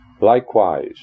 Likewise